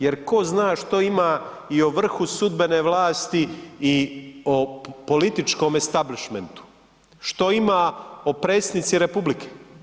Jer tko zna što ima i o vrhu sudbene vlasti i o političkome establishmentu, što ima o predsjednici republike.